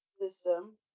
system